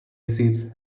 seeps